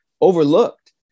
overlooked